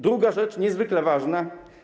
Druga rzecz, niezwykle ważna.